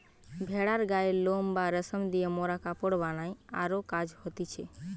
ভেড়ার গায়ের লোম বা রেশম দিয়ে মোরা কাপড় বানাই আরো কাজ হতিছে